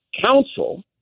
Council